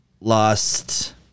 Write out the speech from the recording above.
lost